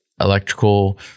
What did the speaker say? electrical